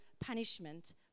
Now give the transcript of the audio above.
punishment